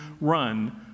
run